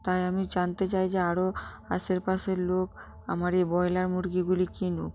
তাই আমি জানতে চাই যে আরো আশেপাশের লোক আমার এই ব্রয়লার মুরগিগুলি কিনুক